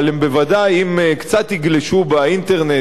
אבל בוודאי אם קצת יגלשו באינטרנט,